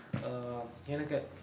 err எனக்கு:enakku